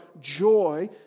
joy